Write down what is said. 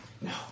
No